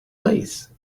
lace